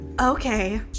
Okay